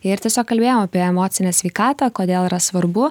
ir tiesiog kalbėjom apie emocinę sveikatą kodėl yra svarbu